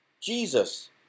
Jesus